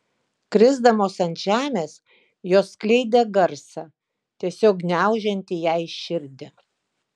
krisdamos ant žemės jos skleidė garsą tiesiog gniaužiantį jai širdį